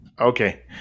Okay